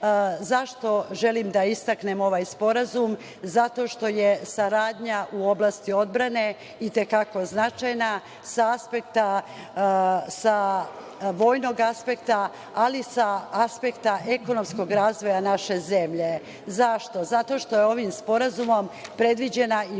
Zašto želim da istaknem ovaj sporazum? Zato što je saradnja u oblasti odbrane i te kako značajna sa vojnog aspekta, ali i sa aspekta ekonomskog razvoja naše zemlje. Zašto? Zato što je ovim sporazumom predviđena i